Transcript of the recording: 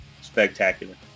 spectacular